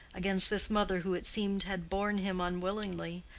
against this mother who it seemed had borne him unwillingly,